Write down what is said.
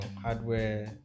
hardware